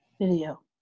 Video